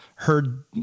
heard